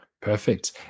Perfect